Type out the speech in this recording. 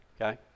okay